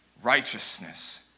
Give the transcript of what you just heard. Righteousness